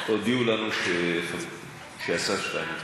הודיעו לנו שהשר שטייניץ בדרך.